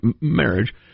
marriage